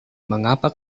mengapa